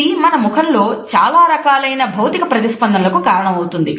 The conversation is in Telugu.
ఇది మన ముఖములో చాలా రకాలైన భౌతిక ప్రతిస్పందనల కు కారణం అవుతుంది